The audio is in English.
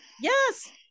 Yes